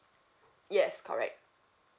yes correct